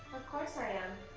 course i am.